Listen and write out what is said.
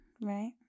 right